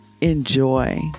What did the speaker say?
enjoy